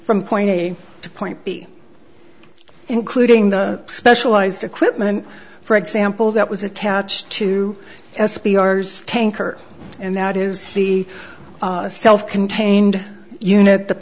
from point a to point b including the specialized equipment for example that was attached to s p r tanker and that is the self contained unit the